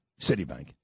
Citibank